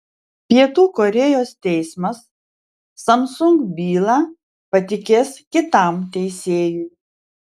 pietų korėjos teismas samsung bylą patikės kitam teisėjui